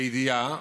לידיעה: